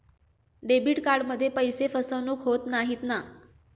Debit कार्डमध्ये पैसे फसवणूक होत नाही ना?